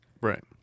Right